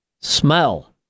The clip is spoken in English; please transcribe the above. Smell